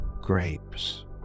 grapes